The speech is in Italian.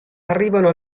arrivano